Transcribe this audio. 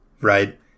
right